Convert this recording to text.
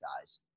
guys